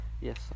yes